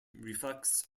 reflects